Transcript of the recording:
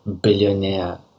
billionaire